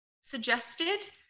suggested